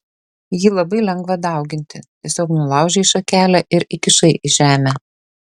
jį labai lengva dauginti tiesiog nulaužei šakelę ir įkišai į žemę